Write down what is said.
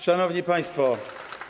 Szanowni Państwo!